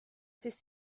siis